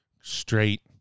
straight